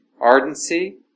Ardency